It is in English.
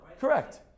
Correct